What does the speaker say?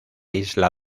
isla